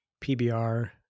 PBR